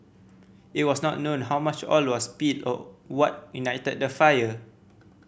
it was not known how much oil was spilled or what ignited the fire